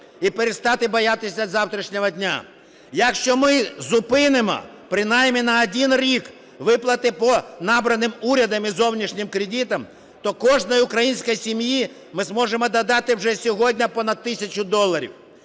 і перестати боятися завтрашнього дня. Якщо ми зупинимо принаймні на один рік виплати по набраними урядом зовнішнім кредитам, то кожній українській сім'ї ми зможемо додати вже сьогодні понад тисячу доларів.